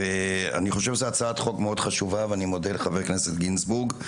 אני חושב שזו הצעת חוק מאוד חשובה ואני מודה לחבר הכנסת גינזבורג.